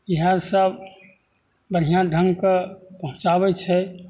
इहए सब बढ़िआँ ढङ्गके पहुँचाबैत छै